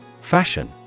Fashion